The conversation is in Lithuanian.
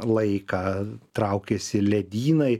laiką traukiasi ledynai